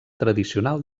tradicional